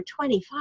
25